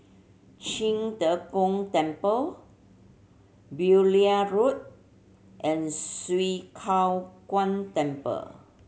Qing De Gong Temple Beaulieu Road and Swee Kow Kuan Temple